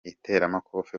iteramakofe